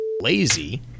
lazy